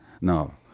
now